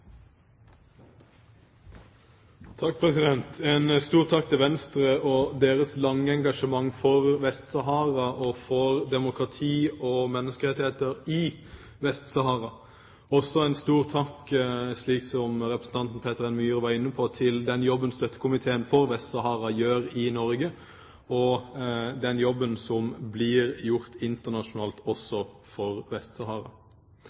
takk til Venstre for deres langvarige engasjement for Vest-Sahara og for demokrati og menneskerettigheter i Vest-Sahara. Også en stor takk, slik representanten Peter N. Myhre var inne på, til Støttekomiteen for Vest-Sahara for den jobben de gjør i Norge, og den jobben som blir gjort også internasjonalt